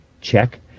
Check